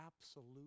absolute